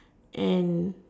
and